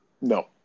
No